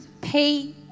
pay